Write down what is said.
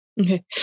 Okay